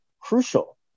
crucial